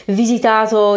visitato